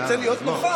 אני רוצה להיות נוכח.